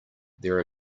there